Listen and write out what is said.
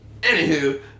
Anywho